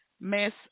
Miss